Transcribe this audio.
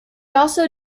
also